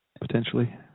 potentially